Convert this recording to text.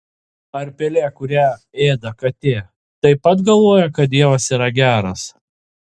ar pelė kurią ėda katė taip pat galvoja kad dievas yra geras